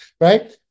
right